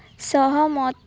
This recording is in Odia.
ସହମତ